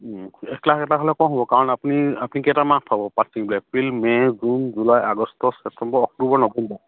April May June July August September October November